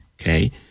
okay